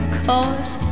cause